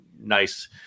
nice